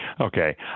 Okay